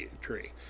tree